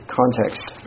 context